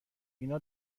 اینا